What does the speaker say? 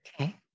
okay